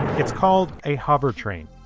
it's called a hovertrain.